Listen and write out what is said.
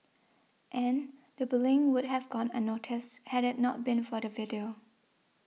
and the bullying would have gone unnoticed had it not been for the video